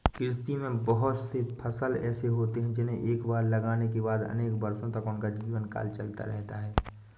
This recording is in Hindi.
कृषि में बहुत से फसल ऐसे होते हैं जिन्हें एक बार लगाने के बाद अनेक वर्षों तक उनका जीवनकाल चलता रहता है